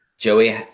Joey